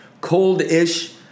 cold-ish